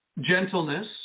Gentleness